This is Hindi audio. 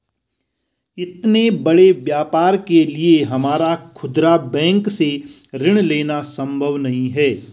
इतने बड़े व्यापार के लिए हमारा खुदरा बैंक से ऋण लेना सम्भव नहीं है